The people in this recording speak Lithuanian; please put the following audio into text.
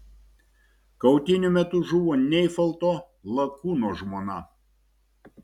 kautynių metu žuvo neifalto lakūno žmona